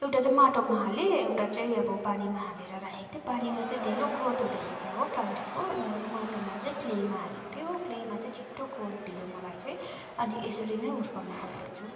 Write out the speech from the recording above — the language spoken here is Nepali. एउटा चाहिँ माटोमा हाले एउटा चाहिँ अब पानीमा हालेर राखेको थिएँ पानीमा चाहिँ ढिलो ग्रोथ हुँदो रहेछ हो प्लान्टहरूको अनि अर्को माटोमा चाहिँ क्लेमा हालेको थिएँ हो क्लेमा चाहिँ छिटो ग्रोथ दियो मलाई चाहिँ अनि यसरी नै हुर्काउने गर्द छु